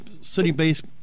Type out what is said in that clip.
City-based